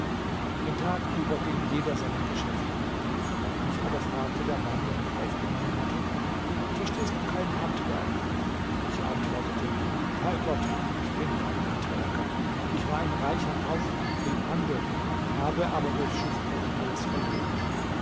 den tag über ging jeder seinem geschäfte nach mich aber fragte der mann der mich aufgenommen hatte verstehst du kein handwerk ich antwortete bei gott ich bin kein handwerker ich war ein reicher kaufmann trieb handel habe aber durch schiffbruch alles verloren